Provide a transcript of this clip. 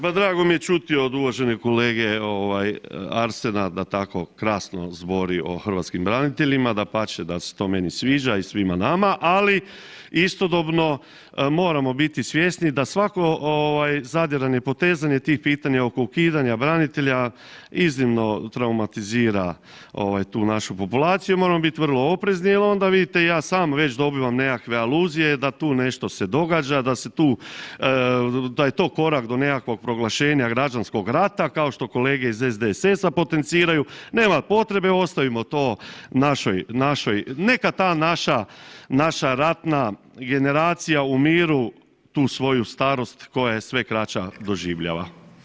Pa drago mi je čuti od uvažene kolege Arsena da tako krasno zbori o hrvatskim braniteljima, dapače da se to meni sviđa i svima nama, ali istodobno moramo biti svjesni da svako zadiranje i potezanje tih pitanja oko ukidanja branitelja, iznimno traumatizira tu našu populaciju, moramo biti vrlo oprezni jer onda vidite, ja sam već dobivam nekakve aluzije da tu nešto se događa, da je to korak do nekakvog proglašenja građanskog rata kao što kolege iz SDSS-a potenciraju, nema potrebe, ostavimo to našoj, neka ta naša ratna generacija u miru tu svoju starost koja je sve kraća doživljava.